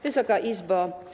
Wysoka Izbo!